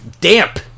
damp